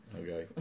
Okay